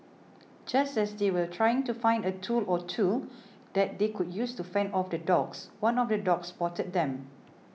just as they were trying to find a tool or two that they could use to fend off the dogs one of the dogs spotted them